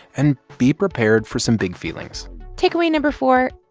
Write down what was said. and be prepared for some big feelings takeaway number four,